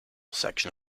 section